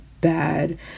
bad